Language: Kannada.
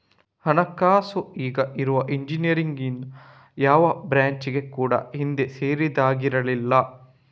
ಹಣಕಾಸು ಈಗ ಇರುವ ಇಂಜಿನಿಯರಿಂಗಿನ ಯಾವ ಬ್ರಾಂಚಿಗೆ ಕೂಡಾ ಹಿಂದೆ ಸೇರಿದ್ದಾಗಿರ್ಲಿಲ್ಲ